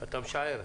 אתה משער.